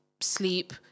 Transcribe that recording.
sleep